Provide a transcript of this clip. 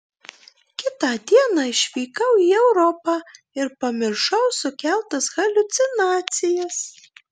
kitą dieną išvykau į europą ir pamiršau sukeltas haliucinacijas